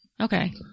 okay